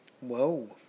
Whoa